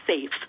safe